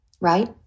right